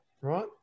right